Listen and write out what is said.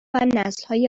نسلهای